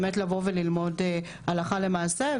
באמת לבוא וללמוד הלכה למעשה,